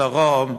בדרום,